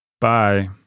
bye